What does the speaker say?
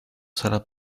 sarà